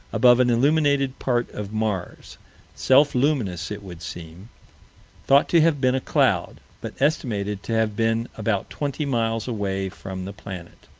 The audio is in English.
above an unilluminated part of mars self-luminous, it would seem thought to have been a cloud but estimated to have been about twenty miles away from the planet.